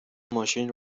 ماشین